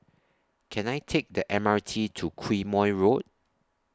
Can I Take The M R T to Quemoy Road